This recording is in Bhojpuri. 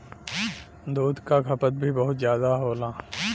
दूध क खपत भी बहुत जादा होला